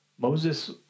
Moses